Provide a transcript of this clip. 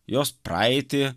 jos praeitį